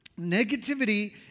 Negativity